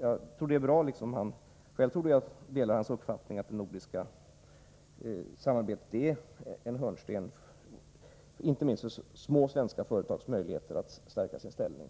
Jag delar Olof Johanssons uppfattning att det nordiska samarbetet är en hörnsten inte minst för små svenska företags möjligheter att stärka sin ställning.